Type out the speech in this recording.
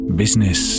business